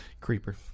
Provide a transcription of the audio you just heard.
Creeper